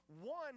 one